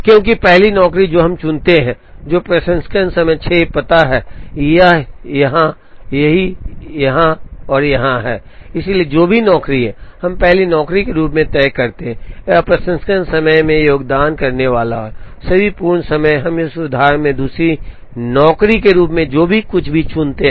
क्योंकि पहली नौकरी जो हम चुनते हैं जो प्रसंस्करण समय 6 पाता है यह यहां यहां यहां और यहां है इसलिए जो भी नौकरी है हम पहली नौकरी के रूप में तय करते हैं यह प्रसंस्करण समय में योगदान करने वाला है सभी 4 पूर्ण समय हम इस उदाहरण में दूसरी नौकरी के रूप में जो कुछ भी चुनते हैं